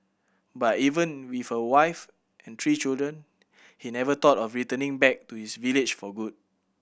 but even with a wife and three children he never thought of returning back to his village for good